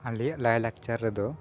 ᱟᱞᱮᱭᱟᱜ ᱞᱟᱭᱞᱟᱠᱪᱟᱨ ᱨᱮᱫᱚ